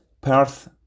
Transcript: Perth